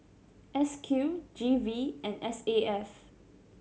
S Q G V and S A F